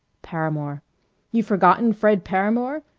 paramore you've forgotten fred paramore?